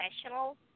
professional